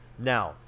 Now